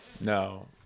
No